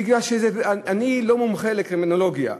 אני לא מומחה לקרימינולוגיה,